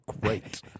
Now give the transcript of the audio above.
great